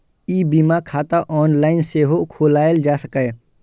ई बीमा खाता ऑनलाइन सेहो खोलाएल जा सकैए